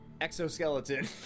exoskeleton